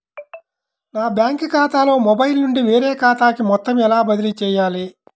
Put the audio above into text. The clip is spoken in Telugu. నా బ్యాంక్ ఖాతాలో మొబైల్ నుండి వేరే ఖాతాకి మొత్తం ఎలా బదిలీ చేయాలి?